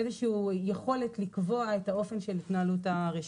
איזושהי יכולת לקבוע את אופן התנהלות הרשת.